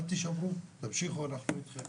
אל תישברו, תמשיכו, אנחנו אתכם.